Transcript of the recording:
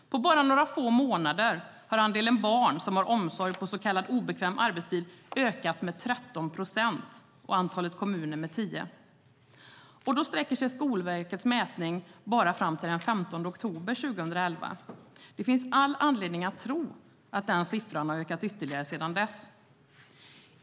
På bara några få månader har andelen barn som har omsorg på så kallad obekväm arbetstid ökat med 13 procent och antalet kommuner med 10 procent. Då sträcker sig Skolverkets mätning bara till den 15 oktober 2011. Det finns all anledning att tro att den siffran har ökat ytterligare sedan dess.